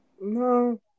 No